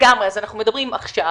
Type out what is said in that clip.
אנחנו מדברים עכשיו,